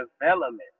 development